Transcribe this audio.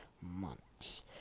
months